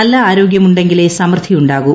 നല്ല ആരോഗ്യമുണ്ടെങ്കിലേ സമൃദ്ധി ഉണ്ടാകൂ